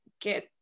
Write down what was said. get